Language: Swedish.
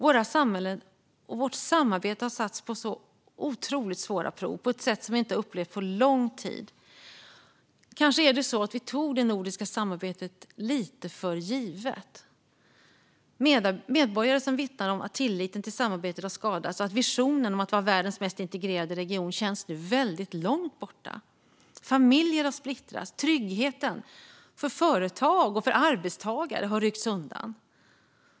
Våra samhällen och vårt samarbete har satts på otroligt svåra prov på ett sätt som vi inte har upplevt på lång tid. Kanske är det så att vi tog det nordiska samarbetet lite för mycket för givet. Medborgare vittnar om att tilliten till samarbetet har skadats, och visionen om att vara världens mest integrerade region känns väldigt långt borta. Familjer har splittrats, och tryggheten för företag och för arbetstagare har ryckts undan.